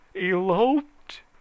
eloped